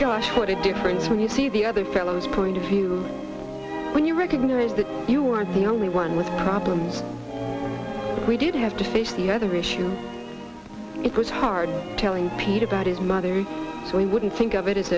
gosh what a difference when you see the other fellow's point of view when you recognize that you are not only one with problems we did have to face the other issues it was hard telling pete about his mother we wouldn't think of it is